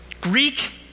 Greek